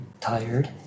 tired